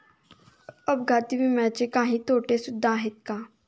अपघाती विम्याचे काही तोटे सुद्धा आहेत का?